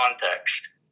context